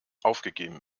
aufgegeben